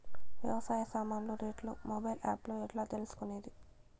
వ్యవసాయ సామాన్లు రేట్లు మొబైల్ ఆప్ లో ఎట్లా తెలుసుకునేది?